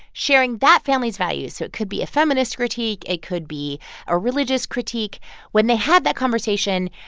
sharing that family's values so it could be a feminist critique it could be a religious critique when they had that conversation,